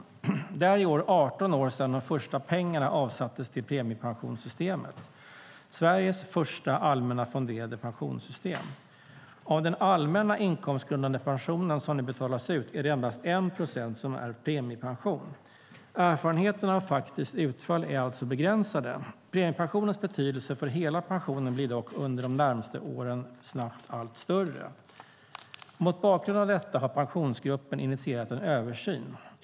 Det är i år 18 år sedan de första pengarna avsattes till premiepensionssystemet, Sveriges första allmänna fonderade pensionssystem. Av den allmänna inkomstgrundande pension som nu betalas ut är det endast 1 procent som utgörs av premiepension. Erfarenheterna av faktiskt utfall är alltså begränsade. Premiepensionens betydelse för hela pensionen blir dock under de närmaste åren snabbt allt större. Mot bakgrund av detta har Pensionsgruppen initierat en översyn.